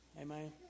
Amen